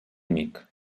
amic